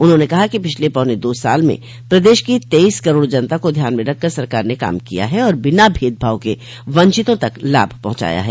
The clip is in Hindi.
उन्होंने कहा कि पिछले पौने दो साल में प्रदेश की तेईस करोड़ जनता को ध्यान में रखकर सरकार ने काम किया है और बिना भेदभाव के वंचितों तक लाभ पहुंचाया है